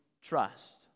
trust